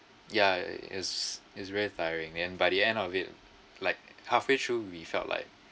ya it is is very tiring and by the end of it like halfway through we felt like